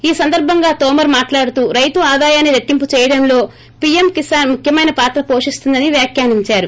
ఈసందర్బంగా తోమర్ మాట్లాడుతూ రైతు ఆదాయాన్ని రెట్టింపు చేయడంలో పిఎం కిసాన్ ముఖ్యమైన పాత్ర పోషిస్తుందని వ్యాఖ్యానించారు